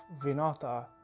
Vinata